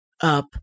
up